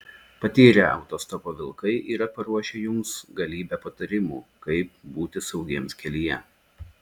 patyrę autostopo vilkai yra paruošę jums galybę patarimų kaip būti saugiems kelyje